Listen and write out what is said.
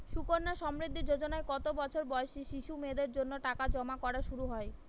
সুকন্যা সমৃদ্ধি যোজনায় কত বছর বয়সী শিশু মেয়েদের জন্য টাকা জমা করা শুরু হয়?